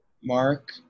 Mark